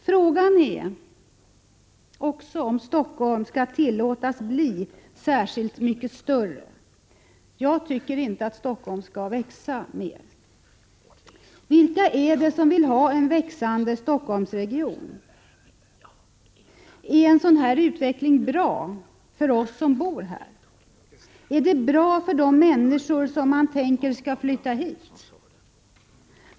Frågan är också om Stockholm skall tillåtas bli särskilt mycket större. Jag tycker inte att Stockholm skall växa mer. Vilka är det som vill ha en växande Stockholmsregion? Är en sådan utveckling bra för oss som bor här? Är den bra för de människor som man tänker skall flytta hit?